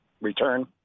return